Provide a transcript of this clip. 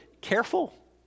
careful